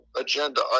agenda